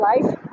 life